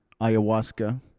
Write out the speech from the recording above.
ayahuasca